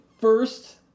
first